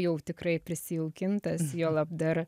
jau tikrai prisijaukintas juolab dar